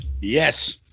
Yes